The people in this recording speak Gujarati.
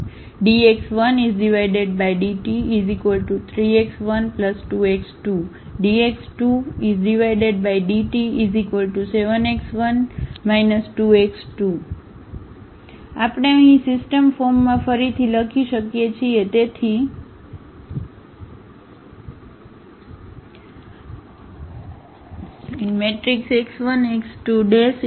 dx1dt3x12x2 dx2dt7x1 2x2 આપણે અહીં સિસ્ટમ ફોર્મમાં ફરીથી લખી શકીએ છીએ